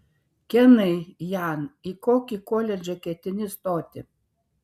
kenai jan į kokį koledžą ketini stoti